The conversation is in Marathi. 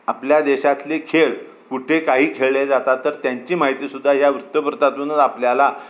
आपल्या देशातले खेळ कुठे काही खेळले जातात तर त्यांची माहिती सुद्धा या वृत्तपत्रातूनच आपल्याला